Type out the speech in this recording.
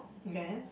yes